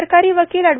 सरकारी वकील अँड